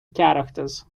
characters